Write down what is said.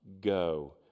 go